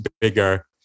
bigger